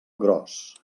gros